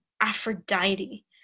Aphrodite